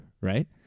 right